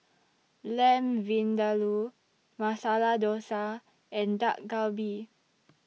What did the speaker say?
Lamb Vindaloo Masala Dosa and Dak Galbi